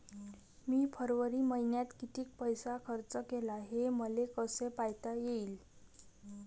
मी फरवरी मईन्यात कितीक पैसा खर्च केला, हे मले कसे पायता येईल?